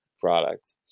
product